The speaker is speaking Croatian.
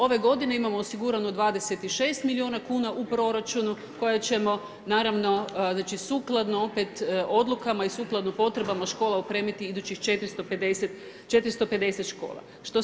Ove godine imamo osigurano 26 milijuna kuna u proračunu koje ćemo naravno, znači sukladno opet odlukama i sukladno potrebama škola opremiti idućih 450 škola.